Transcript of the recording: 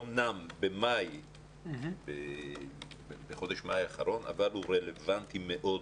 אמנם בחודש מאי האחרון אבל הוא רלוונטי מאוד.